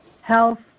health